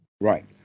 Right